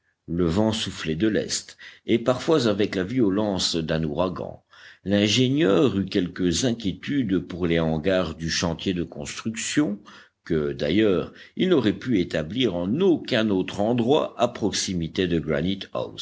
le vent soufflait de l'est et parfois avec la violence d'un ouragan l'ingénieur eut quelques inquiétudes pour les hangars du chantier de construction que d'ailleurs il n'aurait pu établir en aucun autre endroit à proximité de